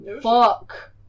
fuck